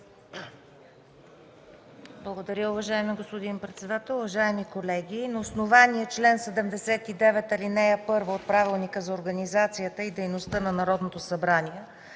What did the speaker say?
Благодаря, уважаеми господин председател. Уважаеми колеги, на основание чл. 79, ал. 1 от Правилника за организацията и дейността на Народното събрание